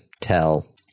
tell